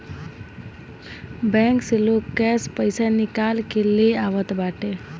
bank से लोग cash पईसा निकाल के ले आवत बाटे